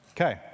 Okay